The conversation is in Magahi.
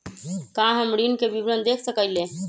का हम ऋण के विवरण देख सकइले?